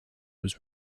was